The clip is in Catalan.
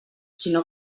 sinó